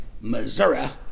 Missouri